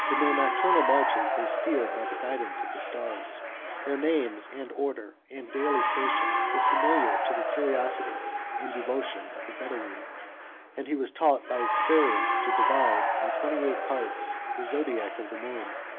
in their nocturnal marches, they steered by the guidance of the stars their names, and order, and daily station, were familiar to the curiosity and devotion of the bedoween and he was taught by experience to divide, in twenty-eight parts, the zodiac of the moon,